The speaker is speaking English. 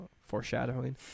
Foreshadowing